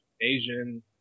Asian